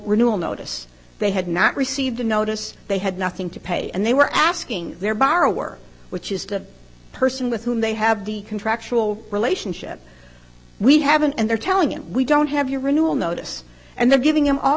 notice they had not received the notice they had nothing to pay and they were asking their borrower which is the person with whom they have the contractual relationship we haven't and they're telling him we don't have your renewal notice and they're giving him all